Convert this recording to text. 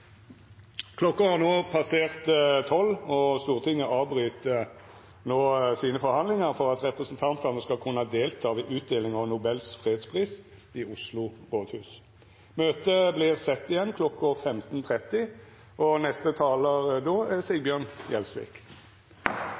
Klokka har passert 12, og Stortinget avbryt no forhandlingane sine for at representantane skal kunne delta ved utdelinga av Nobels fredspris i Oslo rådhus. Møtet vert sett igjen kl. 15.30, og neste talar då er Sigbjørn Gjelsvik.